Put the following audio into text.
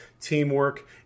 teamwork